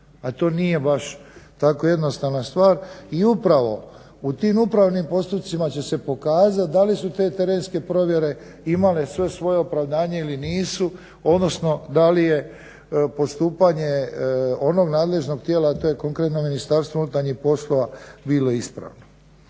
A to nije baš tako jednostavna stvar. I upravo u tim upravnim postupcima će se pokazati da li su te terenske provjere imali sve svoje opravdanje ili nisu odnosno da li je postupanje onog nadležnog tijela, a to je konkretno MUP bilo ispravno.